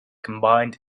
combined